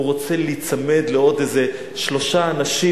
הם רוצים להיצמד לעוד איזה שלושה אנשים,